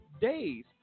days